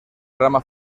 rama